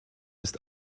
ist